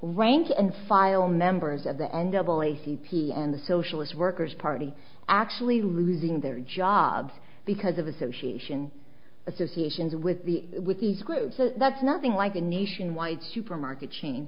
rank and file members of the on double a c p and the socialist workers party actually losing their jobs because of association associations with the with these groups that's nothing like a nationwide supermarket chain